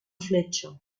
fletxa